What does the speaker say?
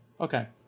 Okay